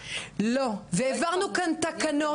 והעברנו כאן תקנות,